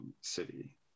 city